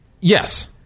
yes